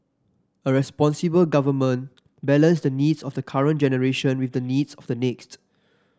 a responsible government balance the needs of the current generation with the needs of the next